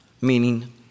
meaning